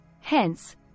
hence